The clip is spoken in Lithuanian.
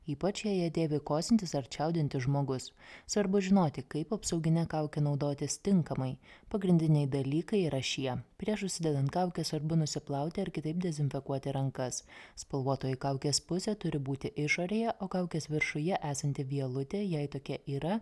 ypač jei ją dėvi kosintis ar čiaudintis žmogus svarbu žinoti kaip apsaugine kauke naudotis tinkamai pagrindiniai dalykai yra šie prieš užsidedant kaukę svarbu nusiplauti ar kitaip dezinfekuoti rankas spalvotoji kaukės pusė turi būti išorėje o kaukės viršuje esanti vielutė jei tokia yra